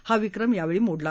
हा विक्रम यावेळी मोडला